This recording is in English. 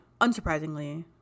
unsurprisingly